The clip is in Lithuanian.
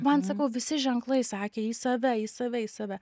man sakau visi ženklai sakė į save į save į save